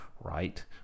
right